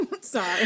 Sorry